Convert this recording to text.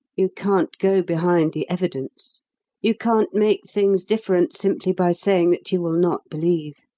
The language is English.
you can't go behind the evidence you can't make things different simply by saying that you will not believe.